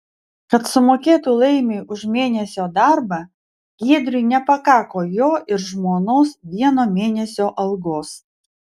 kad sumokėtų laimiui už mėnesio darbą giedriui nepakako jo ir žmonos vieno mėnesio algos